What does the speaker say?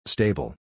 Stable